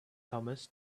thomas